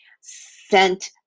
sent